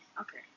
Okay